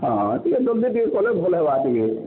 ହଁ ଟିକେ ଜଲ୍ଦି ଟିକେ କଲେ ଭଲ୍ ହେବା ଟିକେ